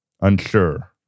unsure